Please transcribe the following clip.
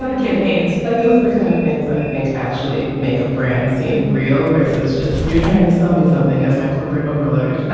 campaigns like those are the kind of things that i think actually make a brand seem real versus just you're trying to sell me something as my corporate overload.